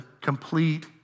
complete